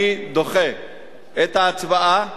אני דוחה את ההצבעה